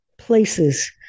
Places